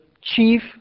chief